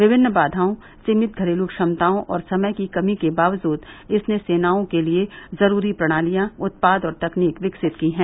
विभिन्न बाधाओं सीमित घरेलू क्षमताओं और समय की कमी के बावजूद इसने सेनाओं के लिए जरूरी प्रणालियां उत्पाद और तकनीक विकसित की हैं